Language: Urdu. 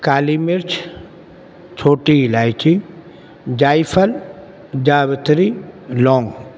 کالی مرچ چھوٹی الائچی جائفل جاوتری لونگ